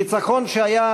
ניצחון שהיה,